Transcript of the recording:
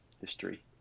history